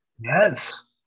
Yes